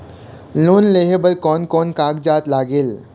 Loan लेहे बर कोन कोन कागजात लागेल?